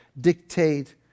dictate